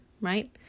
right